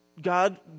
God